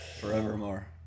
forevermore